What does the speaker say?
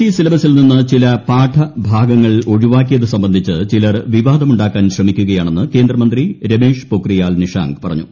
E സിലബസിൽ നിന്ന് ചില പാഠഭാഗങ്ങൾ ഒഴിവാക്കിയതു സംബന്ധിച്ച് ചിലർ വിവാദം ഉണ്ടാക്കാൻ ശ്രമിക്കുകയാണെന്ന് കേന്ദ്രമന്ത്രി രമേഷ് പൊഖ്രിയാൽ നിഷാങ്ക് പറഞ്ഞു